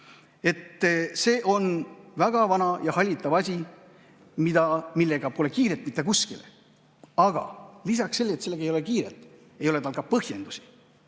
See on väga vana ja hallitav asi, millega pole kiiret mitte kuskile. Aga lisaks sellele, et sellega ei ole kiiret, ei ole sel ka põhjendusi.